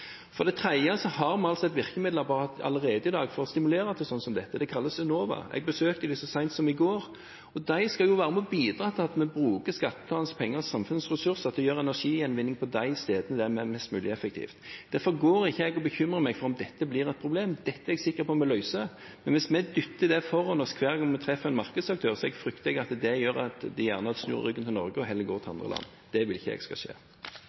For det tredje har vi altså et virkemiddelapparat allerede i dag for å stimulere til sånn som dette. Det kalles Enova. Jeg besøkte dem så sent som i går, og de skal være med og bidra til at vi bruker skattebetalernes penger og samfunnets ressurser på energigjenvinning på de stedene der det er mest mulig effektivt. Derfor går ikke jeg og bekymrer meg for om dette blir et problem. Dette er jeg sikker på at vi løser. Men hvis vi dytter det foran oss hver gang vi treffer en markedsaktør, frykter jeg at det gjør at de gjerne snur ryggen til Norge og heller går til andre land. Det vil ikke jeg skal skje.